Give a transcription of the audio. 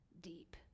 deep